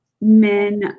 men